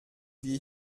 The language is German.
wie